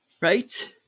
Right